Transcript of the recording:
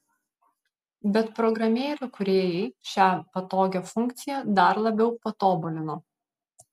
bet programėlių kūrėjai šią patogią funkciją dar labiau patobulino